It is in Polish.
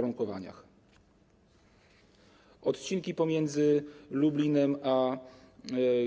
Jeżeli chodzi o odcinki pomiędzy Lublinem a